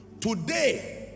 today